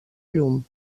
llum